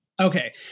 Okay